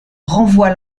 renvoie